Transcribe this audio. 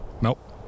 Nope